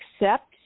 accept